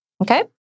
Okay